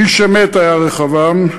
איש אמת היה רחבעם,